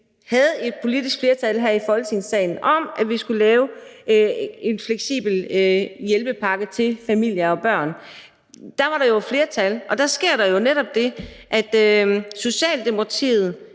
havde et politisk flertal her i Folketingssalen for, at vi skulle lave en fleksibel hjælpepakke til familier og børn. Der var der jo flertal, men der skete jo netop det, at Socialdemokratiet